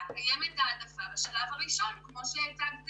קיימת העדפה בשלב הראשון כמו שהצגת